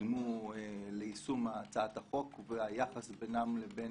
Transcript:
שקדמו ליישום הצעת החוק והיחס בינם לבין